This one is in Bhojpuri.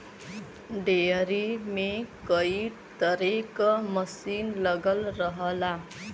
डेयरी में कई तरे क मसीन लगल रहला